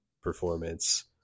performance